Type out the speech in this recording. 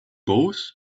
both